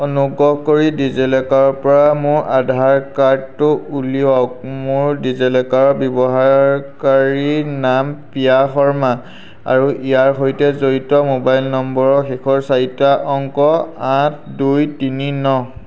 অনুগ্ৰহ কৰি ডিজিলকাৰৰপৰা মোৰ আধাৰ কাৰ্ডটো উলিয়াওক মোৰ ডিজিলকাৰ ব্যৱহাৰকাৰী নাম প্ৰিয়া শৰ্মা আৰু ইয়াৰ সৈতে জড়িত মোবাইল নম্বৰৰ শেষৰ চাৰিটা অংক আঠ দুই তিনি ন